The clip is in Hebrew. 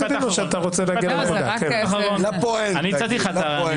הדין או שאתה רוצה להגיע ------ "סטייה מהמלצתה,